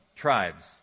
tribes